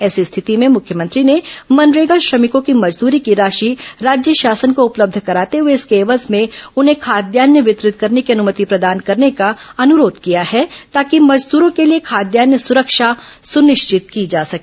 ऐसी स्थिति में मुख्यमंत्री ने मनरेगा श्रमिकों की मजदूरी की राशि राज्य शासन को उपलब्ध कराते हुए इसके एवज में उन्हें खाद्यान्न वितरित करने की अनुमति प्रदान करने का अनुरोध किया है ताकि मजदूरों के लिए खाद्यान्न सुरक्षा सुनिश्चित की जा सके